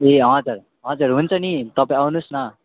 ए हजुर हजुर हुन्छ नि तपाईँ आउनुहोस् न